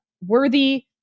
worthy